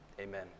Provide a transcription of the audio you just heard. Amen